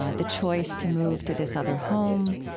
ah the choice to move to this other home,